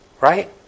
Right